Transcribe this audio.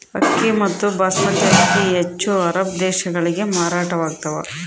ಅಕ್ಕಿ ಮತ್ತು ಬಾಸ್ಮತಿ ಅಕ್ಕಿ ಹೆಚ್ಚು ಅರಬ್ ದೇಶಗಳಿಗೆ ಮಾರಾಟವಾಗ್ತಾವ